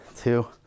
two